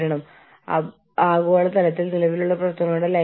നിങ്ങൾ എങ്ങനെയാണ് നിങ്ങളുടെ പ്രവർത്തനങ്ങൾ നടത്തുന്നത്